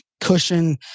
cushion